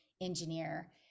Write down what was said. engineer